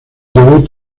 debut